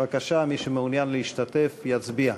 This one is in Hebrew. בבקשה, מי שמעוניין להשתתף, יצביע.